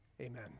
amen